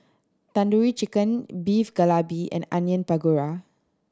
Tandoori Chicken Beef Galbi and Onion Pakora